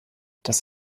das